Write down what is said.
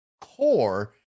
core